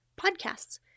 podcasts